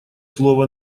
слово